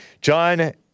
John